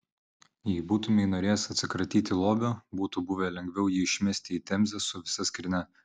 jei būtumei norėjęs atsikratyti lobio būtų buvę lengviau jį išmesti į temzę su visa skrynia